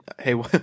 hey